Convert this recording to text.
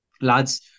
lads